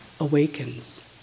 awakens